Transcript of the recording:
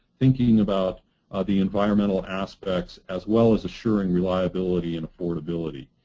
thinking about the environmental aspects, as well as assuring reliability and affordability.